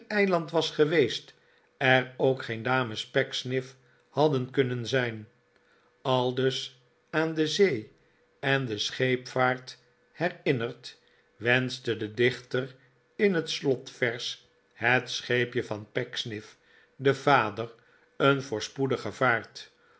was geweest er ook geen dames pecksniff hadden kunnen zijn aldus aan de zee en de scheepvaart herinnerd wenschte de dichter in het slotvers het scheepje van pecksniff den vader een voorspoedige